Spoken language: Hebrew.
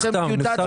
האוצר,